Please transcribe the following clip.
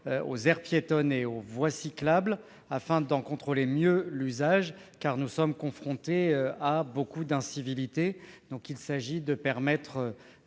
aux aires piétonnes et aux voies cyclables afin d'en contrôler mieux l'usage, car nous sommes confrontés à de nombreuses incivilités. Il s'agit de garantir,